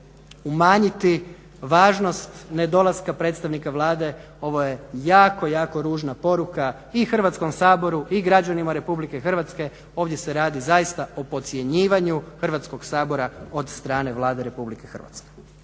umanjiti važnost nedolaska predstavnika Vlade, ovo je jako, jako ružna poruka i Hrvatskom saboru i građanima Republike Hrvatske. Ovdje se radi zaista o podcjenjivanju Hrvatskog sabora od strane Vlade Republike Hrvatske.